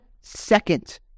second